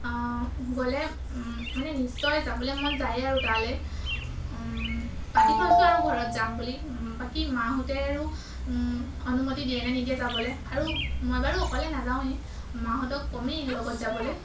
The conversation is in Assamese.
গ'লে মানে নিশ্চয় যাবলৈ মন যায়েই আৰু তালৈ পাতি থৈছোঁ আৰু ঘৰত যাম বুলি বাকী মাহঁতে আৰু অনুমতি দিয়ে নে নিদিয়ে যাবলৈ আৰু মই বাৰু অকলে নাযাওঁৱেই মাহঁতক কমেই লগত যাবলৈ